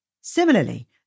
Similarly